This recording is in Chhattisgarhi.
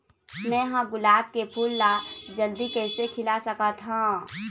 मैं ह गुलाब के फूल ला जल्दी कइसे खिला सकथ हा?